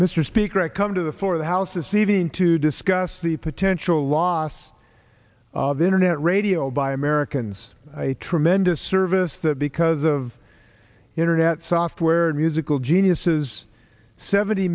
mr speaker i come to the floor of the house this evening to discuss the potential loss of internet radio by americans tremendous service that because of internet software musical geniuses seventy